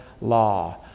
law